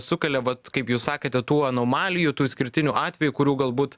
sukelia vat kaip jūs sakėte tų anomalijų tų išskirtinių atvejų kurių galbūt